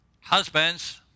Husbands